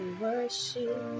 worship